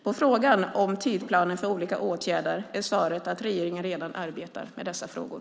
På frågan om tidsplanen för olika åtgärder är svaret att regeringen redan arbetar med dessa frågor.